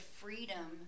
freedom